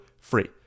free